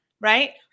right